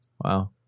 wow